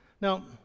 Now